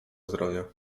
zdrowie